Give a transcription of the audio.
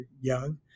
young